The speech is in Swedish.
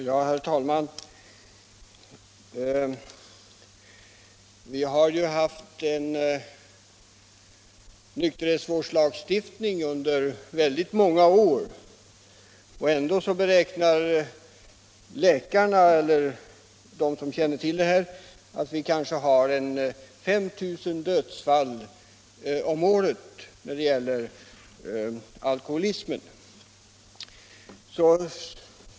Herr talman! Vi har ju haft en nykterhetsvårdslagstiftning under väldigt många år, och ändå beräknar läkarna och andra som känner till förhållandena att omkring 5 000 dödsfall om året sammanhänger med alkoholismen.